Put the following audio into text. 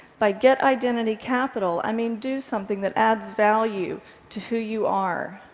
by get identity capital, i mean do something that adds value to who you are.